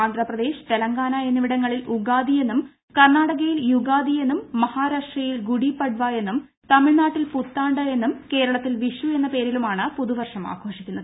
ആന്ധ്രാപ്രദേശ് തെലങ്കാന എന്നിവിടങ്ങളിൽ ഉഗാദി എന്നും കർണാടകയിൽ യുഗാതി എന്നും മഹാരാഷ്ട്രയിൽ ഗുഡി പട്പ എന്നും തമിഴ്നാട്ടിൽ പുത്താണ്ട് എന്നും കേരളത്തിൽ വിഷു എന്ന പേരിലുമാണ് പുതുവർഷം ആഘോഷിക്കുന്നത്